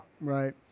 Right